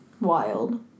Wild